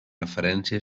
referència